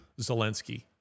Zelensky